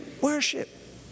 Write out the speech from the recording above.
worship